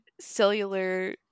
cellular